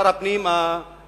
שר הפנים הקודם,